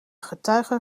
getuige